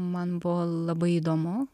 man buvo labai įdomu